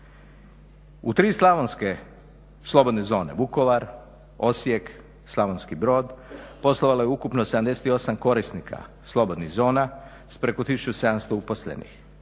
U tri slavonske slobodne zone Vukovar, Osijek, Slavonski Brod poslovalo je ukupno 78 korisnika slobodnih zona s preko 1700 uposlenih.